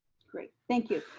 great. thank you.